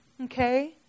Okay